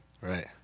Right